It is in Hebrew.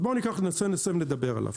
אז בואו ניקח נושא נושא ונדבר עליו.